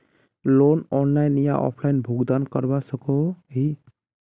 Loan online या offline भुगतान करवा सकोहो ही?